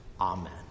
Amen